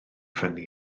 fyny